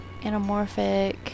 anamorphic